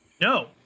No